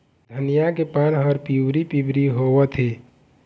धनिया के पान हर पिवरी पीवरी होवथे?